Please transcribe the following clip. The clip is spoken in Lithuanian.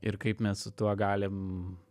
ir kaip mes su tuo galim